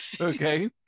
Okay